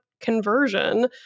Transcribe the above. conversion